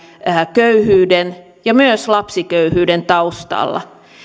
köyhyyden ja myös lapsiköyhyyden taustalla